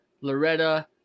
Loretta